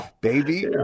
baby